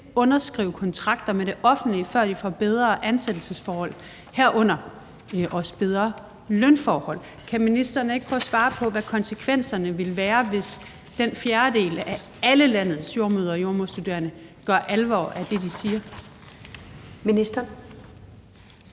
underskrive kontrakter med det offentlige, før de får bedre ansættelsesforhold, herunder også bedre lønforhold. Kan ministeren ikke prøve at svare på, hvad konsekvenserne ville være, hvis den fjerdedel af alle landets jordemødre og jordemoderstuderende gør alvor af det, de siger? Kl.